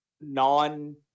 non